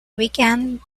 weekend